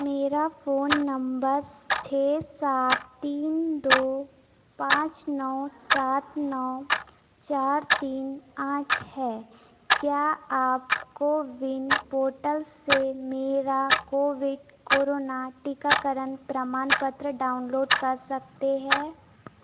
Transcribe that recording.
मेरा phone number छः सात तीन दो पाँच नौ सात नौ चार तीन आठ है क्या आप कोविन पोर्टल से मेरा कोविड टीकाकरण प्रमाणपत्र डाउनलोड कर सकते हैं